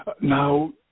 Now